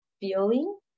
feeling